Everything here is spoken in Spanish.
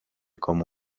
como